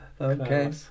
Okay